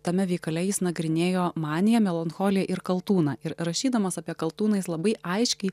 tame veikale jis nagrinėjo maniją melancholiją ir kaltūną ir rašydamas apie kaltūną jis labai aiškiai